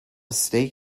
steak